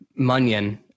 Munyon